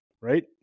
right